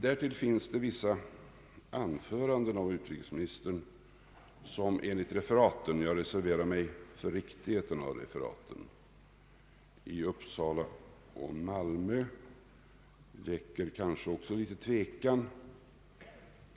Därtill finns det vissa anföranden av utrikesministern som enligt referaten jag reserverar mig för riktigheten av dem — från Uppsala och från Malmö kanske också väcker en smula tvekan.